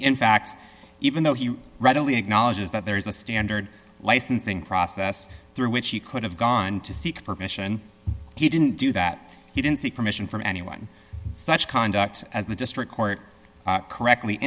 in fact even though he readily acknowledges that there is a standard licensing process through which he could have gone to seek permission he didn't do that he didn't seek permission from anyone such conduct as the district court correctly